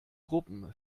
gruppen